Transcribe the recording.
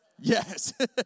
Yes